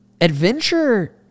adventure